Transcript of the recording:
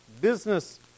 business